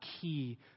key